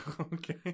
okay